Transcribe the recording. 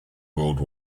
world